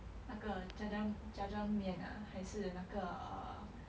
那个 jjajang jjajangmyeon ah 还是那个 err